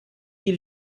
die